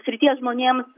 srities žmonėms